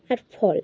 আর ফল